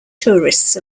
tourists